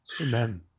Amen